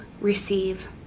receive